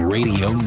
Radio